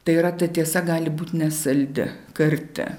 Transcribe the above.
tai yra ta tiesa gali būt nesaldi karti